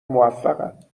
موفقن